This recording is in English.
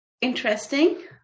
Interesting